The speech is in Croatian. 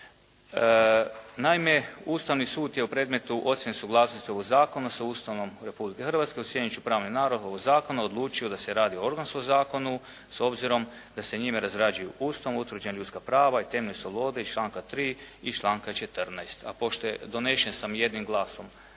Naime Ustavni sud je u predmetu ocjene suglasnosti ovog zakona sa Ustavom Republike Hrvatske ocjenjujući pravnu narav ovog zakona odlučio da se radi o organskom zakonu s obzirom da se njime razrađuju Ustavom utvrđena ljudska prava i temeljne slobode iz članka 3. i članka 14. A pošto je donesen sa jednim glasom